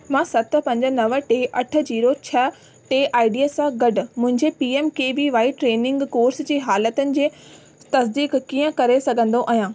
मां सत पंज नव टे अठ ज़ीरो छह टे आई डी सां गॾु मुंहिंजे P M K V Y training course जी हालतुनि जी तजदीक कीअं करे सघंदो आहियां